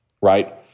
right